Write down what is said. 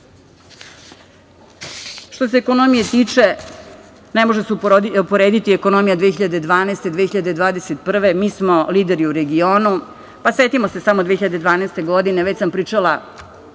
se ekonomije tiče, ne može se uporediti ekonomija 2012. godine i 2021. godine. Mi smo lideri u regionu. Setimo se samo 2012. godine, već sam pričala